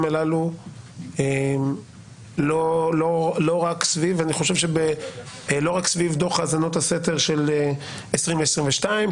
הללו לא רק סביב דוח האזנות הסתר של 2020 ו-2022,